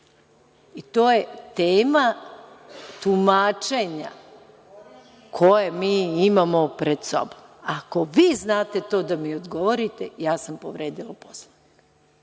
To je tema tumačenja koje mi imamo pred sobom. Ako vi znate to da mi odgovorite, ja sam povredila Poslovnik